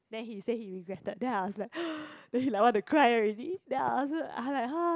then he say he regretted then I was like then he like want to cry already then I also I like !huh!